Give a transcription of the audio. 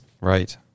Right